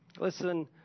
Listen